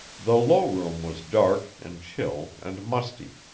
the low room was dark and chill and musty,